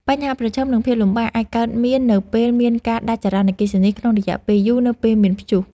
បញ្ហាប្រឈម និងភាពលំបាកអាចកើតមាននៅពេលមានការដាច់ចរន្តអគ្គិសនីក្នុងរយៈពេលយូរនៅពេលមានព្យុះ។